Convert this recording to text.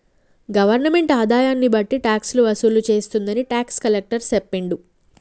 governmental ఆదాయన్ని బట్టి టాక్సులు వసూలు చేస్తుందని టాక్స్ కలెక్టర్ సెప్పిండు